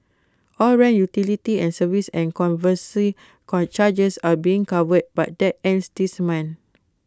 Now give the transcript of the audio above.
all rent utility and service and conservancy charges are being covered but that ends this month